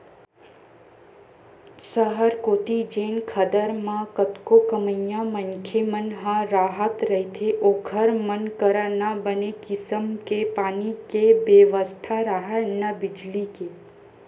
सहर कोती जेन खदर म कतको कमइया मनखे मन ह राहत रहिथे ओखर मन करा न बने किसम के पानी के बेवस्था राहय, न बिजली के